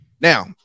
Now